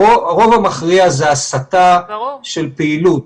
הרוב המכריע זה הסטה של פעילות.